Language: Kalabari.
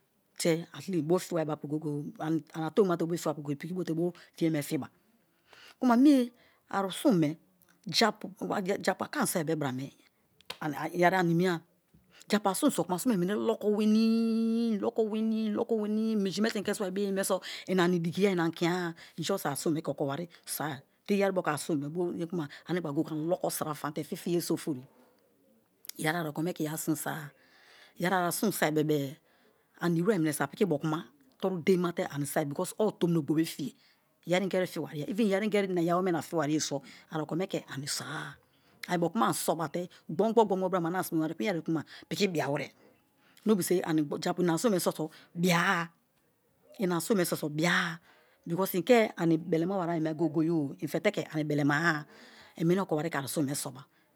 Te̱ atleast bo finbra bo̱ apu goye-goye ani atomina te boye fibariapu i̱ pi̱ki̱ bote bo fiye me fiba kuma me̱ arusun me japu ke ani soi be brame yeri animiya japu arusun sokuma arusun me meni loko wenii loko wenii, loko wenii minji me te i̱ ke swa be ye me so i ani dikiya i ani kian i just aeusun me ke okowari soi iyeri moku arusun me bo ye kuanaa ani-gba goye-goye ani loko sira fam-te fifiye so ofori yeri ari okome ke i arusun so-a yeri arusun soi̱ bebe-e animi were meniso a piki i biokuma toru deimate ani soi̱ because owu tomina ogbobe fiye yeri ingeri fiya even yeri ingeri na iyawome na fiwariye so a okome ke so-a, a̱ ibiokuma ani so ba te gbon gbon bra ane ani simewaeiye te i anekuma piki biawere japu i̱ arusun me so̱ so̱ bia because ị ke ani belema wa yeme goye-goye i̱ fete ani belema-a i̱ meni o̱kowari ke ane sun me soba.